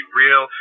real